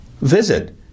Visit